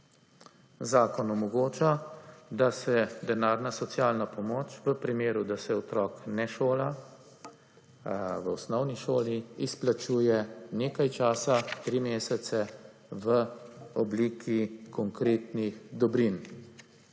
Zakon omogoča, da se denarna socialna pomoč v primeru, da se otrok ne šola v osnovni šoli, izplačuje nekaj časa, 3 mesece v obliki konkretnih dobrin.